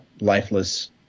lifeless